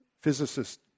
physicist